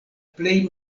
plej